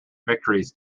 victories